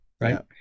right